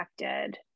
affected